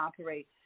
operate